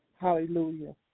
Hallelujah